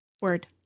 Word